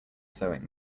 sewing